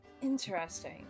Interesting